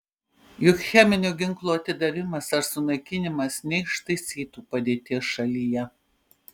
juk cheminio ginklo atidavimas ar sunaikinimas neištaisytų padėties šalyje